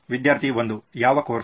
ವಿದ್ಯಾರ್ಥಿ 1 ಯಾವ ಕೋರ್ಸ್